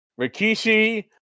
Rikishi